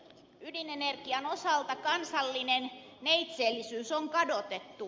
ydinenergian osalta kansallinen neitseellisyys on kadotettu